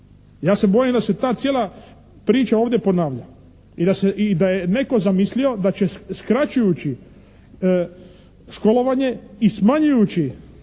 Ja se bojim da se ta cijela priča ovdje ponavlja i da je netko zamislio da će skraćujući školovanje i smanjujući